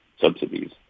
subsidies